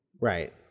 Right